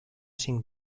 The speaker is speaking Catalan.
cinc